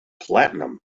platinum